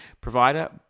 provider